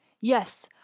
Yes